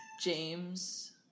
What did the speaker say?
James